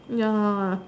ya